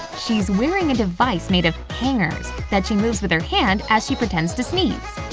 she's wearing a device made of hangers that she moves with her hand as she pretends to sneeze.